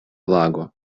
lago